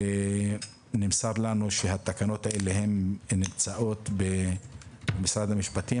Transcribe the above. נמסר לנו שהתקנות האלה נמצאות במשרד המשפטים,